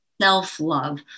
self-love